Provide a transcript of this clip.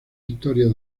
historia